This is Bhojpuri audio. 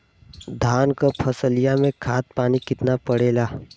धान क फसलिया मे खाद पानी कितना पड़े ला?